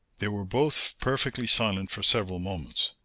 they were both perfectly silent for several moments.